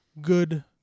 good